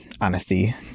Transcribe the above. honesty